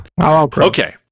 Okay